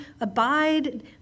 abide